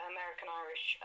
American-Irish